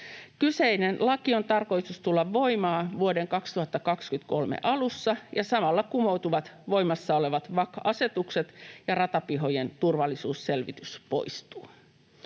Kyseisen lain on tarkoitus tulla voimaan vuoden 2023 alussa, ja samalla kumoutuvat voimassa olevat VAK-asetukset ja ratapihojen turvallisuusselvitys poistuu.